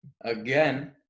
Again